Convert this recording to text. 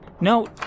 No